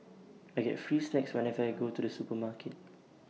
I get free snacks whenever I go to the supermarket